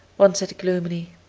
one said gloomily,